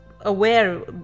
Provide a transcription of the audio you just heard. aware